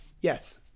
Yes